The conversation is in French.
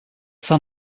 san